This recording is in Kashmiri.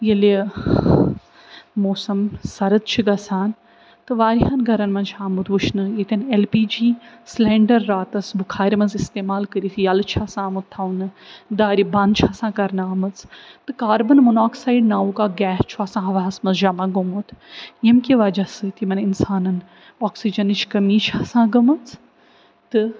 ییٚلہِ موسَم سرد چھِ گژھان تہٕ واریاہَن گَرَن منٛز چھُ آمُت وُچھنہٕ ییٚتٮ۪ن ایل پی جی سِلیٚنڈَر راتَس بُخارِ منٛز استعمال کٔرِتھ یلہٕ چھِ آسان آمُت تھاونہٕ دارِ بَنٛد چھِ آسان کَرنہٕ آمٕژ تہٕ کاربَن مُناکسایِڈ ناوُک اَکھ گیس چھُ آسان ہواہَس منٛز جمع گومُت ییٚمہِ کہ وجہ سۭتۍ یِمَن اِنسانَن آکسیٖجنٕچ کمی چھِ آسان گٔمٕژ تہٕ